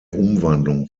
umwandlung